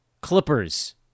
Clippers